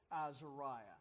Azariah